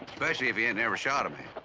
especially if he ain't never shot a man.